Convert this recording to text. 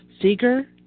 Seeger